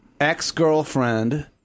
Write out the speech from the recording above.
ex-girlfriend